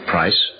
Price